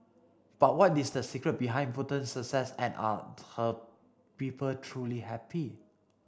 but what is the secret behind Bhutan's success and are her people truly happy